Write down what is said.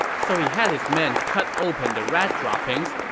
so he had his men cut open the rat droppings,